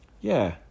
Yeah